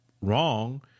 wrong